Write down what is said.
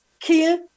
kill